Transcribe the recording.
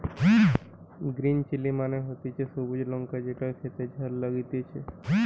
green chilli মানে হতিছে সবুজ লঙ্কা যেটো খেতে ঝাল লাগতিছে